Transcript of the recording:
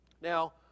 Now